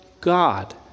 God